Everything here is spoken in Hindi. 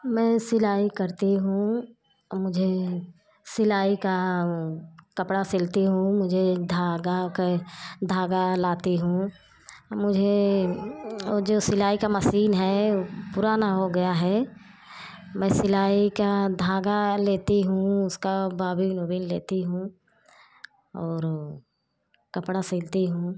मैं सिलाई करती हूँ और मुझे सिलाई का कपड़ा सिलती हूँ मुझे धागा कै धागा लाती हूँ मुझे ओ जो सिलाई का मसीन है पुराना हो गया है मैं सिलाई का धागा लेती हूँ उसका बाबिल उबिल लेती हूँ और कपड़ा सिलती हूँ